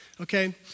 okay